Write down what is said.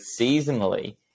seasonally